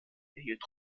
erhielt